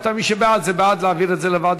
רבותי, מי שבעד הוא בעד להעביר את הנושא לוועדה.